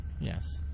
Yes